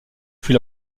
fut